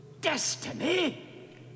Destiny